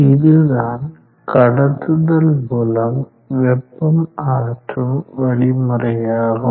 இதுதான் கடத்துதல் மூலம் வெப்பம் அகற்றும் வழிமுறையாகும்